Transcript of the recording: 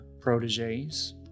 proteges